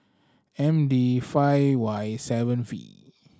M D five Y seven V